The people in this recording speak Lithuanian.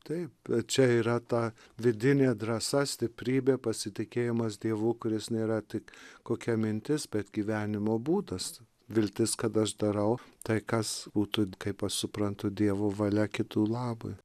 taip čia yra ta vidinė drąsa stiprybė pasitikėjimas dievu kuris nėra tik kokia mintis bet gyvenimo būdas viltis kad aš darau tai kas būtų kaip aš suprantu dievo valia kitų labui